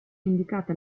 indicata